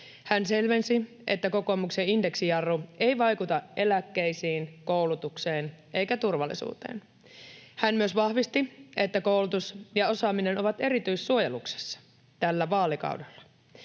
Hän selvensi, että kokoomuksen indeksijarru ei vaikuta eläkkeisiin, koulutukseen eikä turvallisuuteen. Hän myös vahvisti, että koulutus ja osaaminen ovat erityissuojeluksessa tällä vaalikaudella.